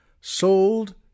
sold